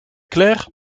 clair